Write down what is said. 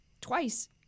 Twice